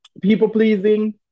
people-pleasing